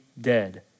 dead